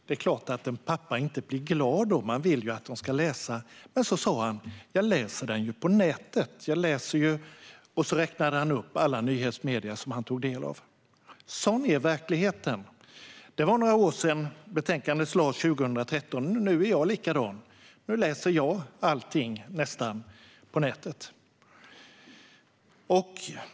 Det är klart att en pappa inte blir glad då. Man vill ju att de ska läsa. Men så sa han: Jag läser ju på nätet. Sedan räknade han upp alla nyhetsmedier som han där tog del av. Sådan är verkligheten. Det är några år sedan det förra betänkandet lades fram, 2013, och nu är jag likadan. Nu läser jag nästan allting på nätet.